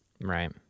Right